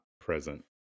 present